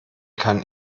kann